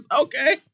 okay